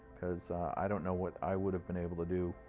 because i don't know what i would have been able to do,